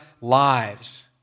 lives